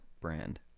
brand